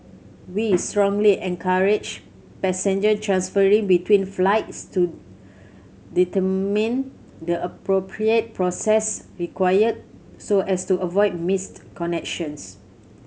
we strongly encourage passenger transferring between flights to determine the appropriate process required so as to avoid missed connections